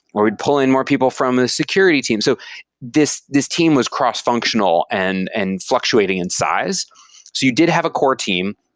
where we'd pull in more people from a security team. so this this team was cross functional and and fluctuating in size. so you did have a core team,